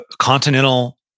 continental